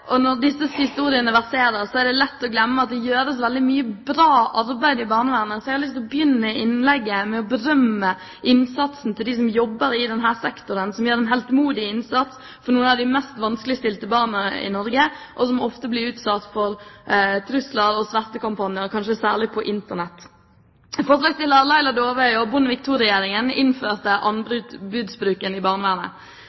Når disse historiene verserer, er det lett å glemme at det gjøres veldig mye bra arbeid i barnevernet. Jeg har lyst til å berømme innsatsen til dem som jobber i denne sektoren, de som gjør en heltemodig innsats for noen av de mest vanskeligstilte barna i Norge, og som ofte blir utsatt for trusler og svertekampanjer, kanskje særlig på Internett. En av forslagsstillerne, Laila Dåvøy, og Bondevik II-regjeringen innførte